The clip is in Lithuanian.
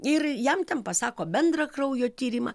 ir jam ten pasako bendrą kraujo tyrimą